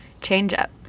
change-up